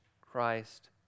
Christ